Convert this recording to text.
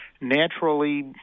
naturally